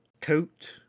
coat